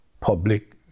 public